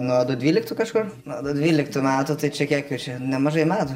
nuo du dvyliktų kažkur nuo du dvyliktų metų tai čia kiek išein nemažai metų